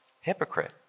Hypocrite